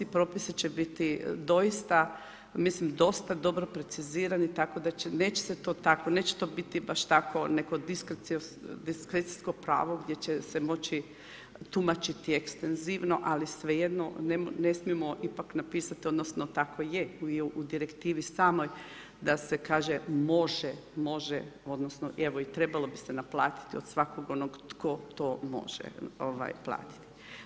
Propisi će biti doista, mislim dosta dobro precizirani tako da će, neće se to tako, neće to biti baš tako neko diskrecijsko pravo gdje će se moći tumačiti ekstenzivno, ali svejedno ne smijemo ipak napisati, odnosno tako je u direktivi samoj da se kaže može, odnosno i trebalo bi se naplatiti od svakog onog tko to može platiti.